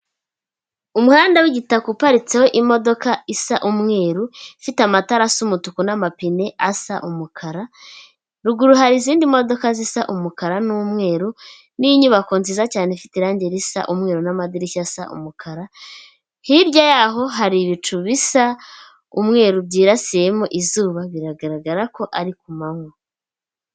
Umwenda w'igitaka uparitseho imodoka isa umweru, ifite amatara asi umutuku n'amapine asa umukara, ruguru hari izindi modoka zisa umukara n'umweru n'inyubako nziza cyane ifite irangi risa umweru, n'amadirishya asa umukara, hirya y'aho hari ibicu bisa umweru byibasiyemo izuba biragaragara ko ari ku manwa.